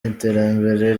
iterambere